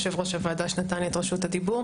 ישראלית בחו"ל במיוחד במדינות לא תומכות מדינת ישראל.